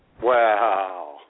Wow